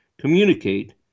communicate